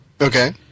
Okay